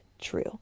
true